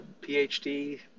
PhD